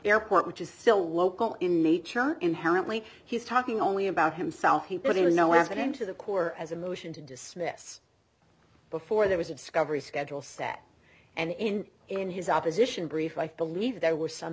airport which is still local in nature inherently he's talking only about himself but he was no accident to the core as a motion to dismiss before there was a discovery schedule set and in in his opposition brief i believe there was some